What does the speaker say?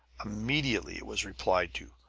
immediately it was replied to,